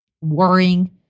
worrying